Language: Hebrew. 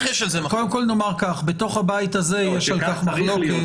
קודם כל נאמר כך בתוך הבית הזה יש על כך מחלוקת.